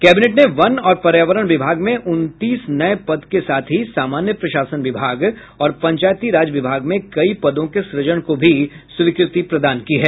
cabinet ने वन और पर्यावरण विभाग में उनतीस नये पद के साथ ही सामान्य प्रशासन विभाग और पंचायती राज विभाग में कई पदों के सृजन को भी स्वीकृति प्रदान की है